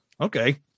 Okay